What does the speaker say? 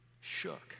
shook